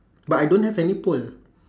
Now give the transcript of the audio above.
but I don't have any pole